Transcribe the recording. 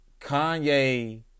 Kanye